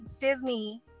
disney